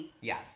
Yes